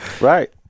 Right